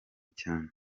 cyane